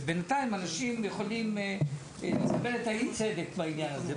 ובינתיים אנשים יכולים לקבל את אי הצדק בעניין הזה.